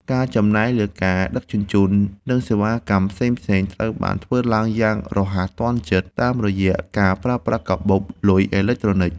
ការចំណាយលើការដឹកជញ្ជូន និងសេវាកម្មផ្សេងៗត្រូវបានធ្វើឡើងយ៉ាងរហ័សទាន់ចិត្តតាមរយៈការប្រើប្រាស់កាបូបលុយអេឡិចត្រូនិក។